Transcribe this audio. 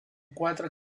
quatre